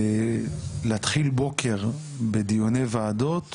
להתחיל בוקר בדיוני ועדות